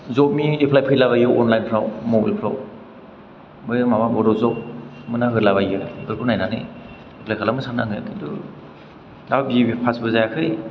जबनि एफ्लाइ फैला बायो अनलाइनफ्राव मबाइलफ्राव बे माबा बद' जब मोनहा होला बायो बेफोरखौ नायनानै एफ्लाइ खालामनो सानो आङो खिन्थु दा बिए फासबो जायाखै